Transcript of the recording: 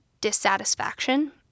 dissatisfaction